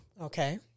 Okay